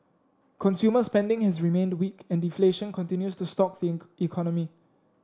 consumer spending has remained weak and deflation continues to stalk the economy